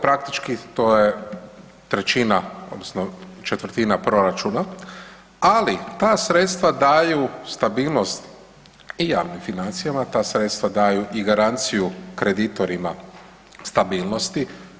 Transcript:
Praktički to je većina odnosno četvrtina proračuna, ali ta sredstva daju stabilnost i javnim financijama, ta sredstva daju garanciju kreditorima stabilnosti.